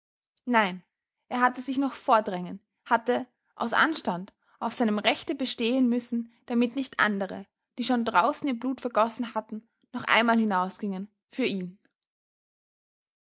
nein er hatte sich noch vordrängen hatte aus anstand auf seinem rechte bestehen müssen damit nicht andere die schon draußen ihr blut vergossen hatten noch einmal hinausgingen für ihn